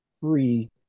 free